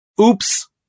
oops